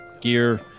gear